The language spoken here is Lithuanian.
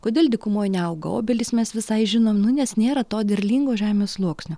kodėl dykumoj neauga obelys mes visai žinom nu nes nėra to derlingo žemės sluoksnio